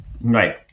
Right